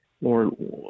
Lord